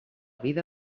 vida